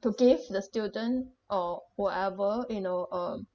to give the student or whover you know um